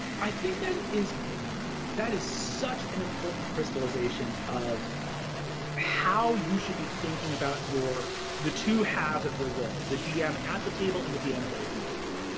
i think that is that is such an important crystallization of how you should be thinking about the two halves of your role the dm at the table and the dm away from the table.